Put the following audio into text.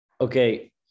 Okay